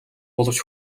боловч